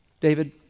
David